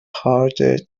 harder